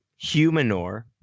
Humanor